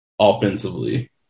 offensively